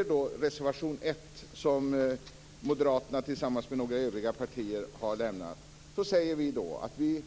I reservation 1, som avgivits av Moderaterna tillsammans med några övriga partier, anför vi: